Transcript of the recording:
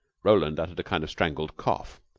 roland uttered a kind of strangled cough.